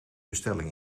bestelling